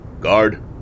Guard